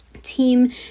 Team